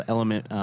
Element